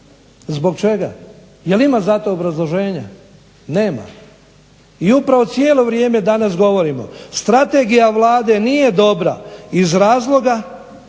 zbog čega, jel ima zato obrazloženje? Nema, i upravo cijelo vrijeme danas govorimo strategija Vlade nije dobra iz razloga